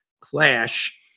clash